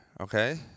okay